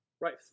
right